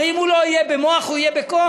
הרי אם הוא לא יהיה במוח, הוא יהיה בכוח.